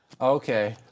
okay